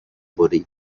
برید